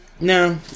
No